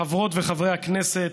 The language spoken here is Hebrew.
חברות וחברי הכנסת,